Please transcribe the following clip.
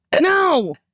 No